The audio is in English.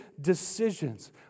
decisions